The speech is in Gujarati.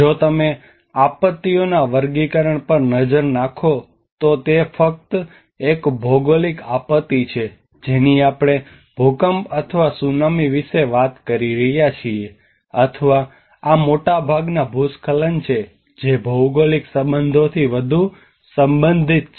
જો તમે આપત્તિઓના વર્ગીકરણ પર નજર નાખો તો તે ફક્ત એક ભૌગોલિક આપત્તિ છે જેની આપણે ભૂકંપ અથવા સુનામી વિશે વાત કરી રહ્યા છે અથવા આ મોટાભાગના ભૂસ્ખલન છે જે ભૌગોલિક સંબંધોથી વધુ સંબંધિત છે